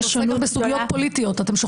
הייעוץ המשפטי, ממי צריך